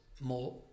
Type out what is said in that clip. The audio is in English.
more